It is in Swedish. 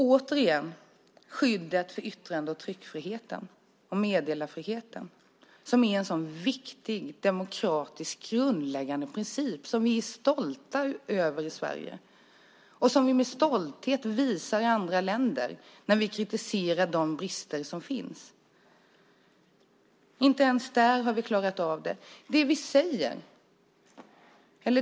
Återigen: Skyddet för yttrande och tryckfriheten och för meddelarfriheten är en så viktig demokratisk grundläggande princip som vi i Sverige är stolta över och som vi med stolthet visar på när vi kritiserar de brister som finns i andra länder. Inte ens där har vi klarat av uppgiften.